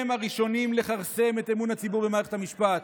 הם הראשונים לכרסם את אמון הציבור במערכת המשפט.